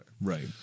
Right